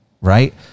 right